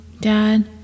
dad